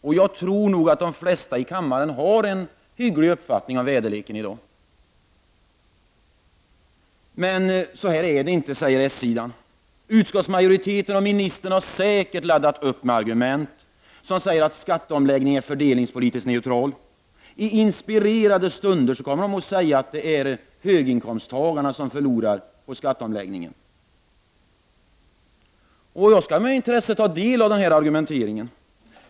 Och jag tror nog att de flesta i kammaren har en hygglig uppfattning om väderleken i dag. Men så är det inte, säger s-sidan. Utskottsmajoriteten och ministern har säkert laddat upp med argument som säger att skatteomläggningen är fördelningspolitiskt neutral. I inspirerade stunder kommer de att säga att det är höginkomsttagarna som förlorar på skatteomläggningen. Jag skall med intresse ta del av den argumenteringen.